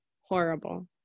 horrible